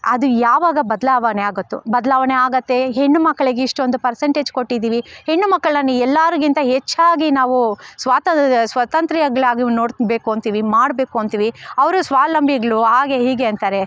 ಅದು ಯಾವಾಗ ಬದಲಾವಣೆ ಆಗತ್ತೋ ಬದಲಾವಣೆ ಆಗುತ್ತೆ ಹೆಣ್ಣು ಮಕ್ಕಳಿಗೆ ಇಷ್ಟೊಂದು ಪರ್ಸೆಂಟೇಜ್ ಕೊಟ್ಟಿದ್ದೀವಿ ಹೆಣ್ಣು ಮಕ್ಕಳನ್ನು ಎಲ್ಲರಿಗಿಂತ ಹೆಚ್ಚಾಗಿ ನಾವು ಸ್ವಾತ ಸ್ವತಂತ್ರಿಗಳಾಗಿ ನೋಡಬೇಕು ಅಂತೀವಿ ಮಾಡಬೇಕು ಅಂತೀವಿ ಅವರು ಸ್ವಾಲಂಬಿಗಳು ಹಾಗೆ ಹೀಗೆ ಅಂತಾರೆ